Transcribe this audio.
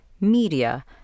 media